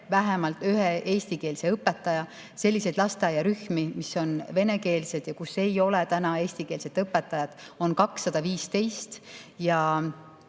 vähemalt ühe eestikeelse õpetaja. Selliseid lasteaiarühmi, mis on venekeelsed ja kus ei ole täna eestikeelset õpetajat, on 215. Ja